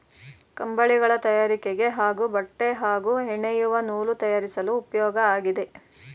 ಕಂಬಳಿಗಳ ತಯಾರಿಕೆಗೆ ಹಾಗೂ ಬಟ್ಟೆ ಹಾಗೂ ಹೆಣೆಯುವ ನೂಲು ತಯಾರಿಸಲು ಉಪ್ಯೋಗ ಆಗಿದೆ